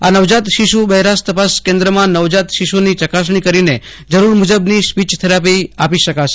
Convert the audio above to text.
આ નવજાત શિશ્ બહેરાશ તપાસ કેન્દ્રમાં નવજાત શિશ્ની ચકાસણી કરીને જરૂર મુજબની સ્પિચઘેરાપી આપી શકાશે